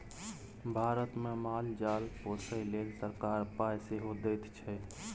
भारतमे माल जाल पोसय लेल सरकार पाय सेहो दैत छै